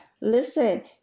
Listen